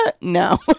No